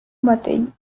mattei